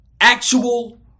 Actual